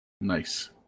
Nice